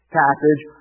passage